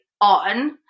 on